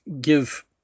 give